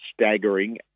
staggering